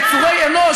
יצורי אנוש,